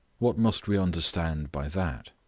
what must we understand by that?